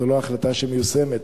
זו לא החלטה שמיושמת,